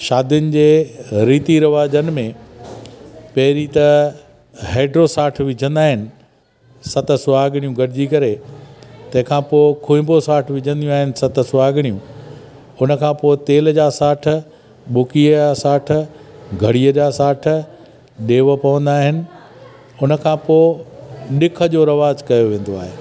शादियुनि जे रीती रिवाज़नि में पहिरीं त हेडु साठ विझंदा आहिनि सत सुहागणियूं गॾिजी करे तंहिं खां पोइ खोइबो साठ विझंदियूं आहिनि सत सुहागणियूं हुन खां पोइ तेल जा साठ बुकीअ जा साठ घड़ीअ जा साठ ॾेउ पवंदा आहिनि उन खां पोइ ॾिख जो रवाज़ु कयो वेंदो आहे